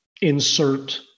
insert